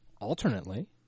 Alternately